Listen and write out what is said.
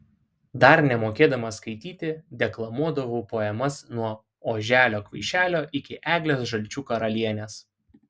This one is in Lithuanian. dar nemokėdama skaityti deklamuodavau poemas nuo oželio kvaišelio iki eglės žalčių karalienės